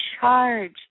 charge